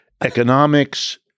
economics